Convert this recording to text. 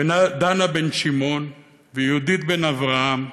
ודנה בן שמעון, ויהודית בן-אברהם,